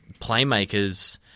playmakers